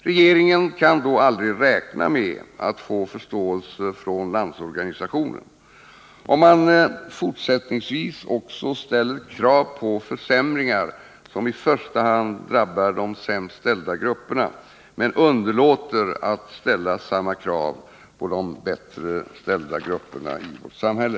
Regeringen kan aldrig räkna med att få förståelse från Landsorganisationen, om man också fortsättningsvis ställer krav på försämringar för de sämst ställda grupperna men underlåter att ställa samma krav på bättre ställda grupper i vårt samhälle.